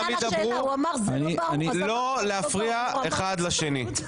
אני מבקש לא להפריע אחד לשני.